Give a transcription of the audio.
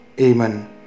Amen